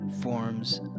Forms